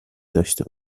داشته